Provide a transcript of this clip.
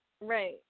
Right